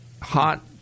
hot